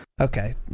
Okay